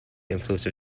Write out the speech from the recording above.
influence